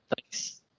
Thanks